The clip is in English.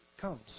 comes